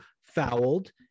fouled